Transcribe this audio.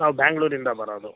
ನಾವು ಬ್ಯಾಂಗ್ಳೂರಿಂದ ಬರೋದು